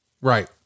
Right